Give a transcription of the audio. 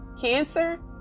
Cancer